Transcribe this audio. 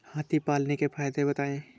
हाथी पालने के फायदे बताए?